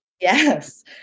yes